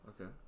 Okay